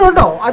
ah know